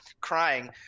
crying